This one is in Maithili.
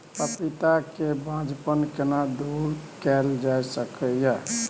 पपीता के बांझपन केना दूर कैल जा सकै ये?